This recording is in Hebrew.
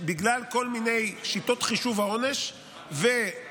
בגלל כל מיני שיטות חישוב העונש והשחרור